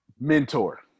Mentor